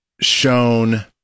shown